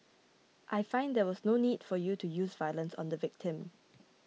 I find there was no need for you to use violence on the victim